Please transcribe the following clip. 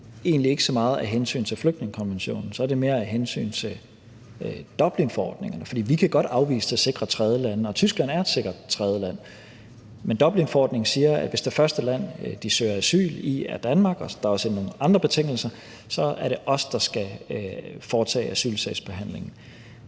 egentlig ikke så meget af hensyn til flygtningekonventionen, så er det mere af hensyn til Dublinforordningen. For vi kan godt afvise til sikre tredjelande, og Tyskland er et sikkert tredjeland. Men Dublinforordningen siger, at hvis det første land, de søger asyl i, er Danmark – og der er også nogle andre betingelser – så er det os, der skal foretage asylsagsbehandlingen.